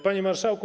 Panie Marszałku!